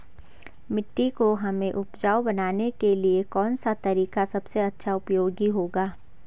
मिट्टी को हमें उपजाऊ बनाने के लिए कौन सा तरीका सबसे अच्छा उपयोगी होगा?